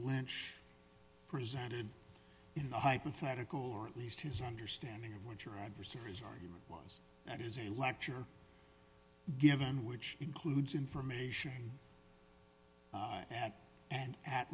lynch presented in the hypothetical or at least his understanding of what your adversaries argument was that is a lecture given which includes information and at